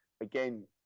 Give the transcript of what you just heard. again